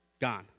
Gone